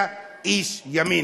אתה איש ימין,